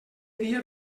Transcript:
dia